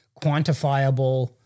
quantifiable